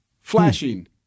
flashing